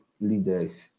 leaders